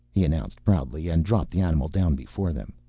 he announced proudly, and dropped the animal down before them.